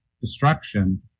destruction